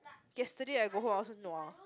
yesterday I go home I also nua